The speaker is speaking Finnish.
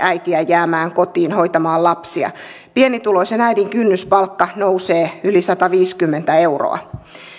äitiä jäämään kotiin hoitamaan lapsia pienituloisen äidin kynnyspalkka nousee yli sataviisikymmentä euroa